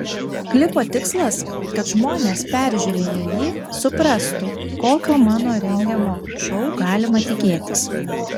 klipo tikslas kad žmonės peržiūrėję jį suprastų kokio mano rengiamo šou galima tikėtis